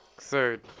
Third